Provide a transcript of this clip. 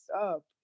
up